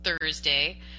Thursday